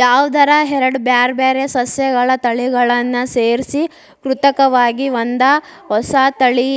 ಯಾವದರ ಎರಡ್ ಬ್ಯಾರ್ಬ್ಯಾರೇ ಸಸ್ಯಗಳ ತಳಿಗಳನ್ನ ಸೇರ್ಸಿ ಕೃತಕವಾಗಿ ಒಂದ ಹೊಸಾ ತಳಿ